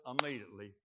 immediately